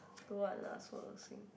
don't want lah so 恶心